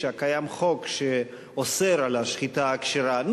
קיים חוק שאוסר את השחיטה הכשרה.